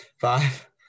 Five